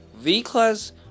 V-Class